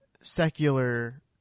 secular